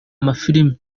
amafilimi